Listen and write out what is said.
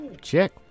check